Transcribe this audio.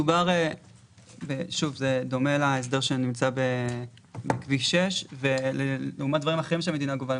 זה דומה להסדר שנמצא בכביש 6. לעומת דברים אחרים שהמדינה גובה,